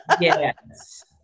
Yes